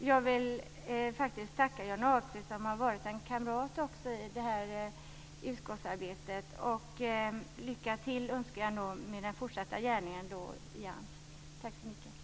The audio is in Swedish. Jag vill tacka Johnny Ahlqvist som har varit en kamrat i utskottsarbetet, och jag önskar honom lycka till i hans fortsatta gärning på AMS. Tack så mycket.